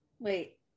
wait